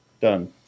Done